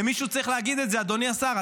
ומישהו צריך להגיד את זה, אדוני השר.